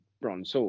bronze